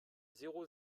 zéro